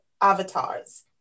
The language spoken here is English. avatars